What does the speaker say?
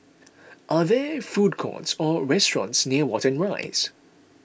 are there food courts or restaurants near Watten Rise